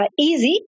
easy